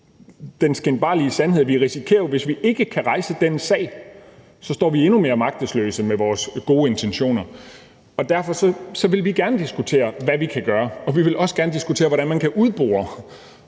den skinbarlige sandhed. Vi risikerer jo, at hvis vi ikke kan rejse den sag, står vi endnu mere magtesløse med vores gode intentioner. Derfor vil vi gerne diskutere, hvad vi kan gøre, og vi vil også gerne diskutere, hvordan man kan udbore